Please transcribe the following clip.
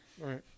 right